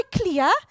clear